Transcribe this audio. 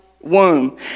womb